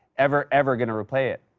ever, ever gonna repay it.